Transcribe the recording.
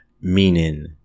Meaning